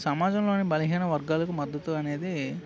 సమాజంలోని బలహేన వర్గాలకు మద్దతు అనేది